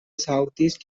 southeast